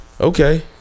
Okay